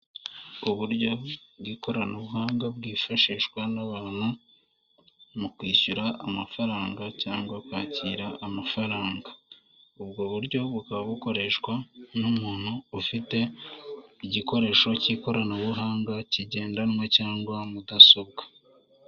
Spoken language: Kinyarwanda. Uburyo bw'ikoranabuhanga bwifashishwa n'abantu mu kwishyura amafaranga cyangwa kwakira amafaranga. Ubwo buryo bukaba bukoreshwa n'umuntu ufite igikoresho cy'ikoranabuhanga kigendanwa cyangwa mudasobwa.